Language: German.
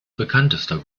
bekanntester